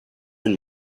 and